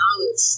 knowledge